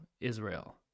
Israel